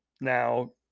Now